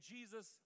Jesus